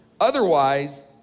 Otherwise